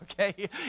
okay